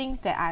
thing that I